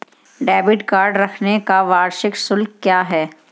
Debit card रखने का वार्षिक शुल्क क्या है?